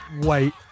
wait